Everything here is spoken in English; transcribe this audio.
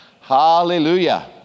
Hallelujah